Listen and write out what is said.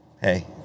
hey